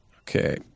Okay